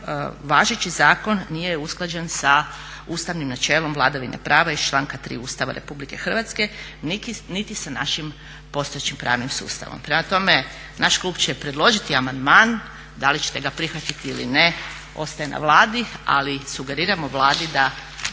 važeći zakon nije usklađen sa ustavnim načelom vladavine prava iz članka 3. Ustava RH niti sa našim postojećim pravnim sustavom. Prema tome, naš klub će predložiti amandman, da li ćete ga prihvatiti ili ne ostaje na Vladi, ali sugeriramo Vladi da